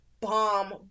bomb